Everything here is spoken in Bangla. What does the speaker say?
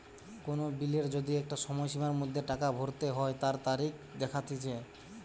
কোন বিলের যদি একটা সময়সীমার মধ্যে টাকা ভরতে হই তার তারিখ দেখাটিচ্ছে